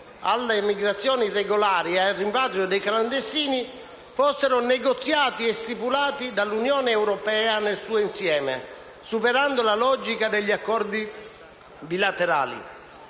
alle migrazioni irregolari e al rimpatrio dei clandestini, fossero negoziati e stipulati dall'Unione europea nel suo insieme, superando la logica degli accordi bilaterali.